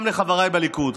גם לחבריי בליכוד,